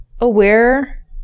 aware